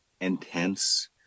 intense